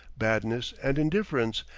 badness, and indifference,